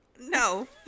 No